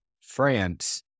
France